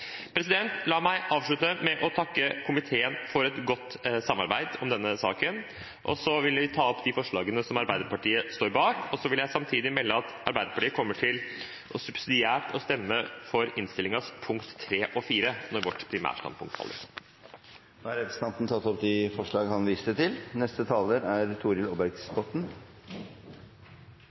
La meg avslutte med å takke komiteen for et godt samarbeid om denne saken. Så vil jeg ta opp de forslagene som Arbeiderpartiet – sammen med andre partier – står bak. Jeg vil samtidig melde at Arbeiderpartiet subsidiært kommer til å stemme for innstillingens forslag til vedtak III og IV, når vårt primærstandpunkt faller. Representanten Åsmund Aukrust har tatt opp de forslagene han refererte til. Friluftslivet er